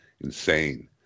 insane